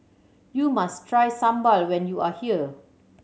you must try sambal when you are here